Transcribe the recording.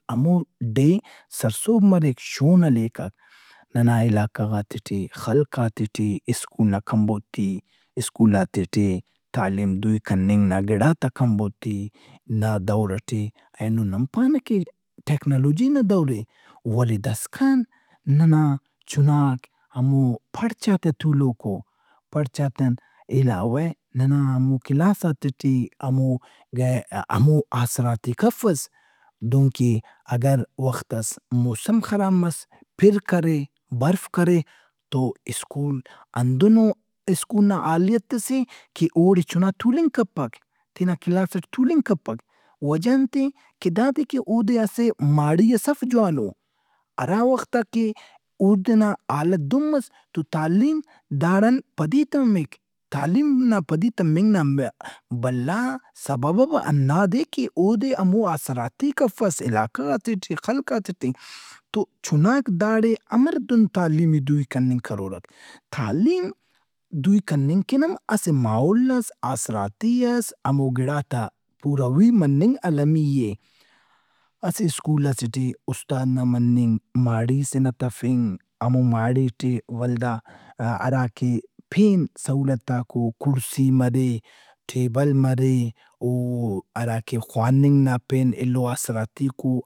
ہمو ڈیھ سرسہب مریک، شون ہلیکک۔ ننا علاقہ غاتے ٹی ، خلقاتے ٹی سکول نا کمبوتی، سکول نا تہٹی تعلیم دوئی کننگ نا گڑات آ کمبوت، نا دور ئٹی نن پانہ کہ ٹیکنالوجی نا دور اے ولے داسکان نن چُناک ہمو پڑچاتے آ تولوک او۔ پڑچاتے آن علاوہ ننا ہمو کلاساتے ٹی ہمو گہے- ہمو آسراتیک افس دہنکہ اگر وخس موسم خراب مس، پھر کرے، برف کرے تو سکول ہندن سکول نا حالیت ئس اے کہ اوڑے چُنا تُولنگ کپک تینا کلاس ئٹی تولنگ کپک۔ وجہ انت اے؟ کہ داد اے کہ اودے اسہ ماڑی ئس اف جوانو۔ ہرا وخت آ کہ او تینا حالت دہن مس تو تعلیم داڑان پدی تمک۔ تعلیم نا پدی تمنگ نا بھلا سبب ہم ہنداد اے کہ اودے ہمو آسراتیک افس علاقہ غاتے ٹی، خلقاتے ٹی تو چُناک داڑے امر تعلیم ئے دوئی کننگ کرورک۔ تعلیم دوئی کننگ کن ہم اسہ ماحولس، آسراتی ئس، ہمو گڑات آ پُوروئی مننگ المی اے۔ اسہ سکول ئسے ٹی اُستادنا مننگ، ماڑی سے نا تفنگ، ہمو ماڑی ٹی ولدا ہرا کہ پین سہولتاک او کُڑسی مرے، ٹیبل مرے، او ہرا کہ خواننگ نا پین ایلو آسراتیک او۔